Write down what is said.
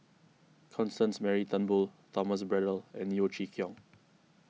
Constance Mary Turnbull Thomas Braddell and Yeo Chee Kiong